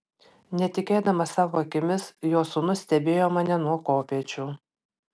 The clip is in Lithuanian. netikėdamas savo akimis jo sūnus stebėjo mane nuo kopėčių